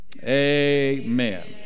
Amen